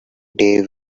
day